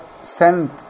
sent